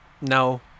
No